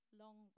long